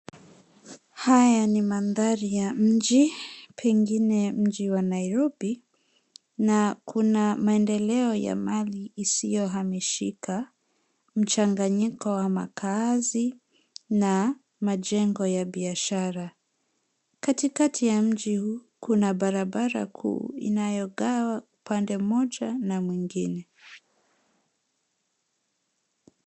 Haya ni mandhari ya mji, pengine mji wa Nairobi, na kuna maendeleo ya mali isiyohamishika, mchanganyiko wa makaazi na majengo ya biashara. Katikati ya mji huu kuna barabara kuu inayogawa upande mmoja na mwingine.